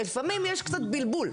לפעמים יש קצת בלבול,